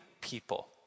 people